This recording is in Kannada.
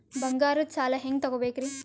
ಬಂಗಾರದ್ ಸಾಲ ಹೆಂಗ್ ತಗೊಬೇಕ್ರಿ?